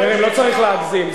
חברים, לא צריך להגזים.